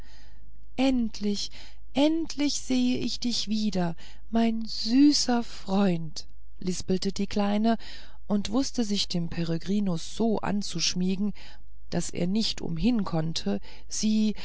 endlich endlich sehe ich dich wieder mein süßer freund lispelte die kleine und wußte sich dem peregrinus so anzuschmiegen daß er nicht umhinkonnte sie